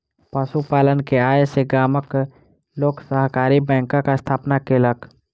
पशु पालन के आय सॅ गामक लोक सहकारी बैंकक स्थापना केलक